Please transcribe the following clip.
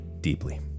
deeply